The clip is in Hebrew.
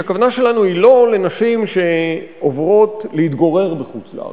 שהכוונה שלנו אינה לנשים שעוברות להתגורר בחוץ-לארץ.